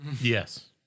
Yes